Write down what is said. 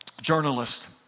journalist